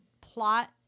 plot